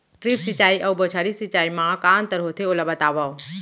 Drip सिंचाई अऊ बौछारी सिंचाई मा का अंतर होथे, ओला बतावव?